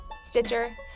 Stitcher